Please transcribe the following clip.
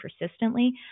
persistently